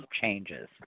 changes